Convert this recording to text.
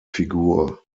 figur